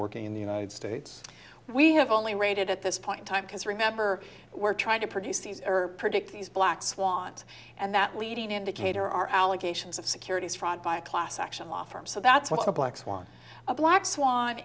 working in the united states we have only rated at this point in time because remember we're trying to produce these predict these black swans and that leading indicator are allegations of securities fraud by a class action law firm so that's what a black swan